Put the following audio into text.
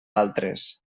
altres